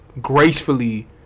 gracefully